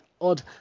odd